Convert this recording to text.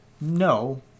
no